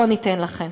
לא ניתן לכם.